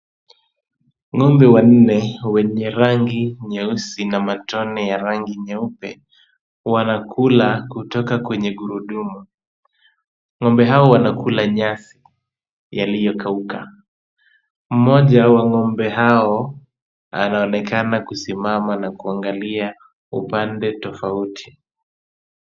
Ng'ombe wanne wenye rangi nyeusi na matone ya rangi nyeupe wanakula kutoka kwenye gurudumu. Ng'ombe hao wanakula nyasi yaliyokauka. Mmoja wa ng'ombe hao anaonekana kusimama na kuangalia upande tofauti.